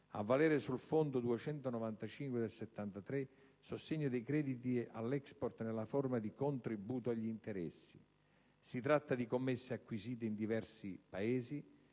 a valere sul Fondo n. 295 del 1973 (sostegno dei crediti all'*export* nella forma di contributo agli interessi). Si tratta di commesse acquisite in Paesi